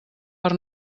per